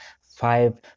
five